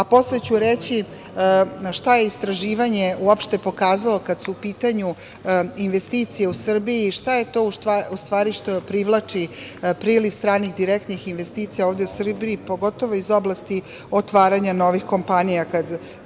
delu. Posle ću reći šta je istraživanje uopšte pokazalo kada su u pitanju investicije u Srbiji i šta je to u stvari što privlači priliv stranih direktnih investicija u Srbiji, pogotovo iz oblasti otvaranja novih kompanija,